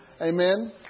amen